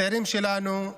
הצעירים שלנו,